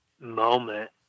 moment